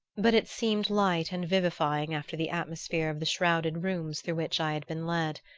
but it seemed light and vivifying after the atmosphere of the shrouded rooms through which i had been led.